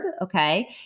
Okay